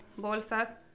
bolsas